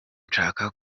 nshaka